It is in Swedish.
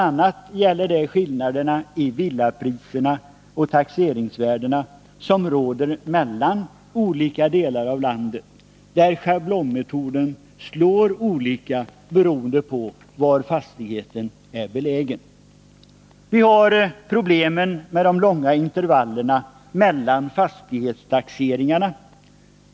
a. gäller detta skillnaderna i villapriserna och taxeringsvärdena som råder mellan olika delar av landet. Schablonmetoden slår därför olika beroende på var fastigheten är belägen. Vi har problemen med de långa intervallerna mellan fastighetstaxeringarna.